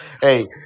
Hey